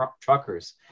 truckers